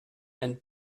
ein